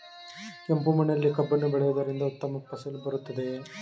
ಕೆಂಪು ಮಣ್ಣಿನಲ್ಲಿ ಕಬ್ಬನ್ನು ಬೆಳೆಯವುದರಿಂದ ಉತ್ತಮ ಫಸಲು ಬರುತ್ತದೆಯೇ?